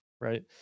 Right